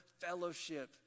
fellowship